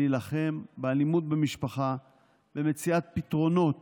להילחם באלימות במשפחה במציאת פתרונות